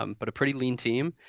um but a pretty lean team.